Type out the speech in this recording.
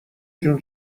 جون